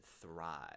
thrive